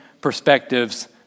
perspectives